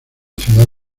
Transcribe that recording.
ciudad